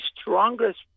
strongest